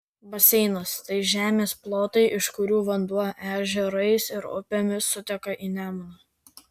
baseinas tai žemės plotai iš kurių vanduo ežerais ir upėmis suteka į nemuną